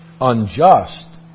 unjust